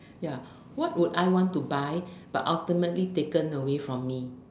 ya what would I want to buy but ultimately taken away from me